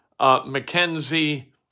McKenzie